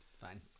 Fine